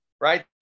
right